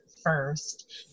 first